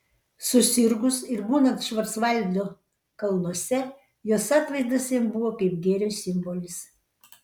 susirgus ir būnant švarcvaldo kalnuose jos atvaizdas jam buvo kaip gėrio simbolis